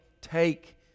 take